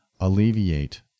alleviate